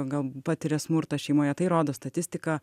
gal patiria smurtą šeimoje tai rodo statistika